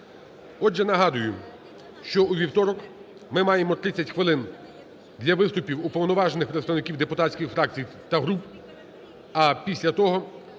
Отже, нагадую, що у вівторок ми маємо 30 хвилин для виступів уповноважених представників депутатських фракцій та груп. А після того